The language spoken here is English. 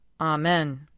Amen